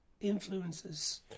Influences